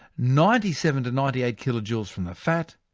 ninety seven to ninety eight kilojoules from the fat,